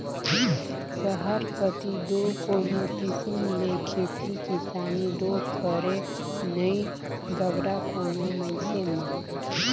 सहर कती दो कोनो किसिम ले खेती किसानी दो करें नई बगरा कोनो मइनसे मन